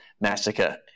massacre